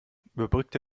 überbrückte